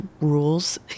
rules